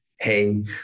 Hey